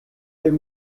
their